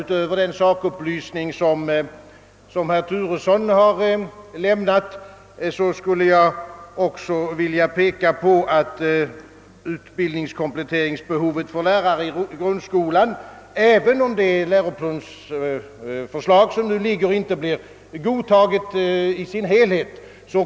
Utöver den sakupplysning, som herr Turesson har lämnat, skulle jag vilja peka på att det kommer att föreligga ett mycket stort allmänt behov av utbildningskomplettering för lärare i grundskolan, även om det läroplansförslag som nu föreligger inte blir godtaget i sin helhet.